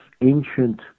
ancient